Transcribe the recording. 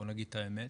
בוא נגיד את האמת.